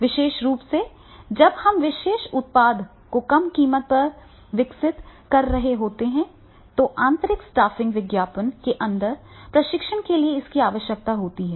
विशेष रूप से जब हम विशेष उत्पाद को कम कीमत पर विकसित कर रहे होते हैं तो आंतरिक स्टाफिंग विज्ञापन के अंदर प्रशिक्षण के लिए इसकी आवश्यकता होती है